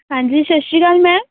ਹਾਂਜੀ ਸਤਿ ਸ਼੍ਰੀ ਅਕਾਲ ਮੈਮ